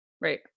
Right